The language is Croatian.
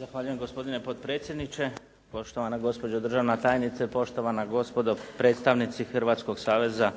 Zahvaljujem gospodine potpredsjedniče. Poštovana gospođo državna tajnice, poštovana gospodo predstavnici Hrvatskog saveza